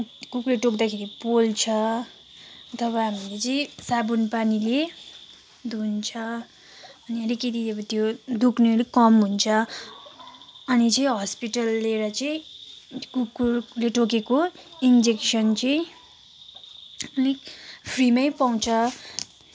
कुकुरले टोक्दाखेरि पोल्छ तब हामीले चाहिँ साबुन पानीले धुन्छ अनि अलिकति अब त्यो दुख्न अलिक कम हुन्छ अनि चाहिँ हस्पिटल ल्याएर चाहिँ कुकरले टोकेको इन्जेक्सन् चाहिँ अनि फ्रीमै पाउँछ